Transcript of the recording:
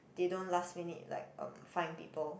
they don't last minute like got find people